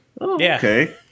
Okay